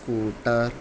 scooter